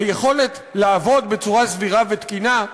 היכולת לעבוד בצורה סדירה ותקינה,